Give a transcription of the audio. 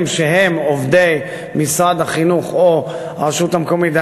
שהם עובדי משרד החינוך או הרשות המקומית,